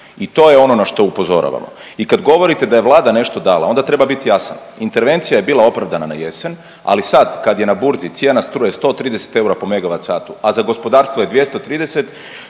i to je na što upozoravamo. I kad govorite da je Vlada nešto dala onda treba biti jasan, intervencija je bila opravdana na jesen, ali sad kad je na burzi cijena struje 130 eura po MWh, a za gospodarstvo je 230